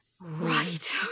Right